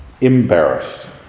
embarrassed